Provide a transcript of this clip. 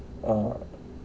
uh